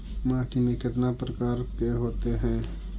माटी में कितना प्रकार के होते हैं?